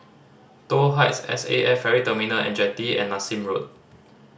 Toh Heights S A F Ferry Terminal And Jetty and Nassim Road